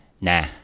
nah